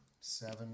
Seven